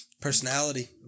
Personality